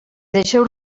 deixeu